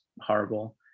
horrible